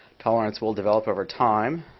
tolerance will develop over time.